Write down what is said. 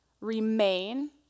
remain